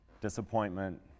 disappointment